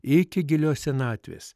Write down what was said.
iki gilios senatvės